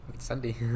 Sunday